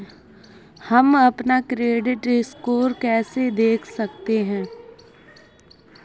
हम अपना credit score कैसे देख सकते हैं?